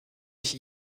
ich